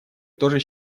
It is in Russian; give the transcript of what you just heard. тоже